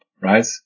right